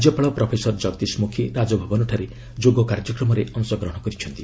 ରାଜ୍ୟପାଳ ପ୍ରଫେସର ଜଗଦୀଶ ମୁଖୀ ରାଜଭବନଠାରେ ଯୋଗ କାର୍ଯ୍ୟକ୍ରମରେ ଅଂଶଗ୍ରହଣ କରିଛନ୍ତି